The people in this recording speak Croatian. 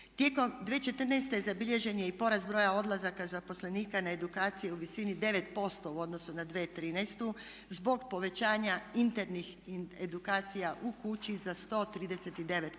Tijekom 2014. zabilježen je i porast broja odlazaka zaposlenika na edukaciju u visini 9% u odnosu na 2013. zbog povećanja internih edukacija u kući za 139%.